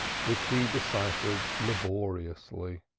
which he deciphered laboriously.